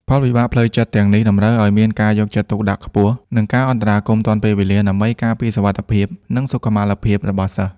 ផលវិបាកផ្លូវចិត្តទាំងនេះតម្រូវឱ្យមានការយកចិត្តទុកដាក់ខ្ពស់ និងការអន្តរាគមន៍ទាន់ពេលវេលាដើម្បីការពារសុវត្ថិភាព និងសុខុមាលភាពរបស់សិស្ស។